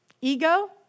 Ego